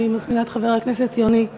אני מזמינה את חבר הכנסת יוני שטבון.